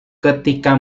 ketika